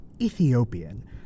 Ethiopian